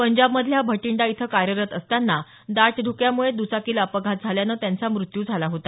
पंजाबमधल्या भटिंडा इथं कार्यरत असताना दाट धुक्यामुळे दुचाकीला अपघात झाल्यानं त्यांचा मृत्यू झाला होता